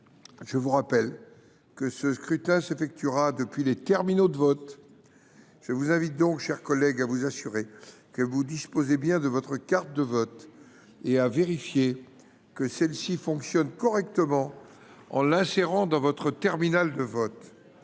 je vous rappelle que ce scrutin s’effectuera depuis les terminaux de vote. Je vous invite donc à vous assurer que vous disposez bien de votre carte de vote et à vérifier que celle ci fonctionne correctement en l’insérant dans votre terminal de vote.